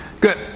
Good